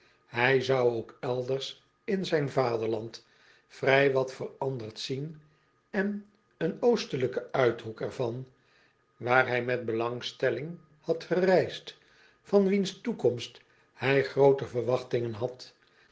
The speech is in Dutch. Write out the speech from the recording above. ij zou ook elders in zijn vaderland vrij wat veranderd zien en in een ostelijken uithoek er van waar hij met belangstelling had gereisd van wiens toekomst hij groote verwachtingen had